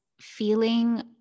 feeling